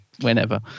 whenever